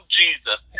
jesus